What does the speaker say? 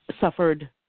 suffered